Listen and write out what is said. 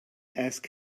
ask